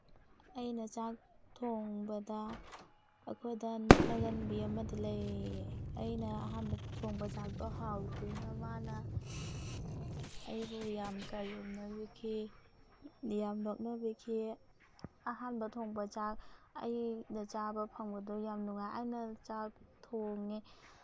ꯑꯩꯅ ꯆꯥꯛ ꯊꯣꯡꯕꯗ ꯑꯩꯈꯣꯏꯗ ꯅꯣꯛꯅꯒꯟꯕꯤ ꯑꯃꯗꯤ ꯂꯩ ꯑꯩꯅ ꯑꯍꯥꯟꯕ ꯊꯣꯡꯕ ꯆꯥꯛꯇꯣ ꯍꯥꯎꯇꯦꯅ ꯃꯥꯅ ꯑꯩꯕꯨ ꯌꯥꯝ ꯀꯔꯦꯝꯅꯕꯤꯈꯤ ꯌꯥꯝ ꯅꯣꯛꯅꯕꯤꯈꯤ ꯑꯍꯥꯟꯕ ꯊꯣꯡꯕ ꯆꯥꯛ ꯑꯩꯅ ꯆꯥꯕ ꯐꯪꯕꯗꯣ ꯌꯥꯝ ꯅꯨꯡꯉꯥꯏ ꯑꯩꯅ ꯆꯥꯛ ꯊꯣꯡꯉꯦ